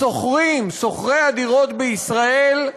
השוכרים, שוכרי הדירות בישראל,